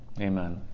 amen